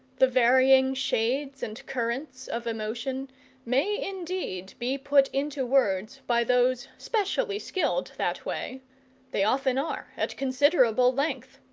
the varying shades and currents of emotion may indeed be put into words by those specially skilled that way they often are, at considerable length.